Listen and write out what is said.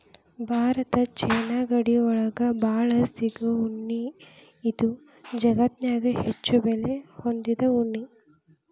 Bharat China ಗಡಿ ಒಳಗ ಬಾಳ ಸಿಗು ಉಣ್ಣಿ ಇದು ಜಗತ್ತನ್ಯಾಗ ಹೆಚ್ಚು ಬೆಲೆ ಹೊಂದಿದ ಉಣ್ಣಿ